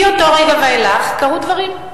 מאותו רגע ואילך קרו דברים.